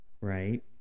right